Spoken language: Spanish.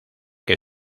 que